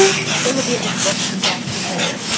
it will be available to come back to you later.